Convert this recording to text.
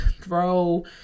throw